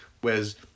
Whereas